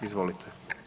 Izvolite.